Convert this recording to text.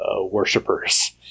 worshippers